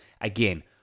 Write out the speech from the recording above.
again